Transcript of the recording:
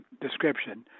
description